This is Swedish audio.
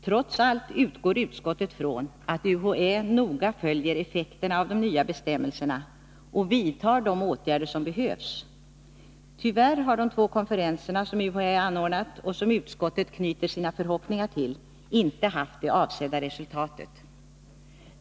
Trots allt utgår utskottet från att UHÄ noga följer effekterna av de nya bestämmelserna och vidtar de åtgärder som behövs. Tyvärr har de två konferenser som UHÄ anordnat och som utskottet knyter sina förhoppningar till inte gett det avsedda resultatet.